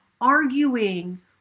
arguing